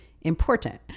important